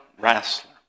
wrestler